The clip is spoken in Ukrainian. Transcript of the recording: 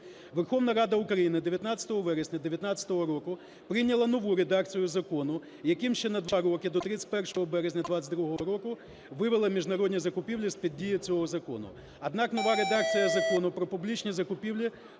Верховна Рада України 19 вересня 2019 року прийняла нову редакцію закону, яким ще на 2 роки, до 31 березня 2022 року, вивела міжнародні закупівлі з-під дії цього закону. Однак нова редакція Закону "Про публічні закупівлі"